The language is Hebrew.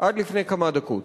עד לפני כמה דקות.